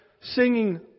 singing